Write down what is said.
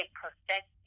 perfect